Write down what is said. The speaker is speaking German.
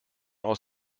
aus